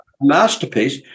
masterpiece